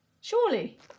Surely